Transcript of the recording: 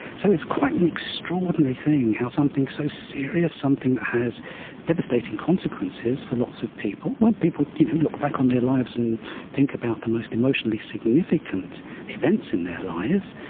so it's quite an extraordinary thing how something so serious, something that has devastating consequences for lots of people, when people look back on their lives and think about the most emotionally significant events in their lives,